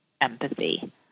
empathy